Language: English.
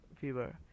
fever